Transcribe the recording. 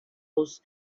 was